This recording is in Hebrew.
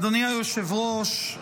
אדוני היושב-ראש,